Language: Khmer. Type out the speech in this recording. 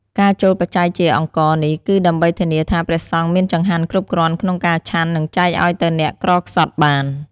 ការចូលបច្ច័យជាអង្ករនេះ គឺដើម្បីធានាថាព្រះសង្ឃមានចង្ហាន់គ្រប់គ្រាន់ក្នុងការឆាន់ និងចែកអោយទៅអ្នកក្រខ្សត់បាន។